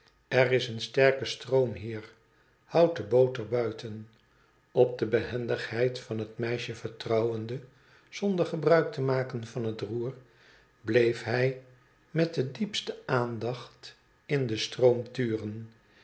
er is een sterke stroom hier houd de boot er buiten op de behendigheid van het meisje vertrouwende zonder gebruik te maken van het roer bleef hij met de diepste aandacht in den